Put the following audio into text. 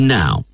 now